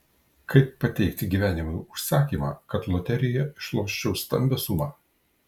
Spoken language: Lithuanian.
kaip pateikti gyvenimui užsakymą kad loterijoje išloščiau stambią sumą